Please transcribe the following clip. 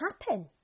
happen